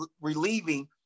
relieving